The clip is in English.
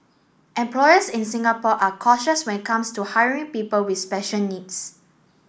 employers in Singapore are cautious when it comes to hiring people with special needs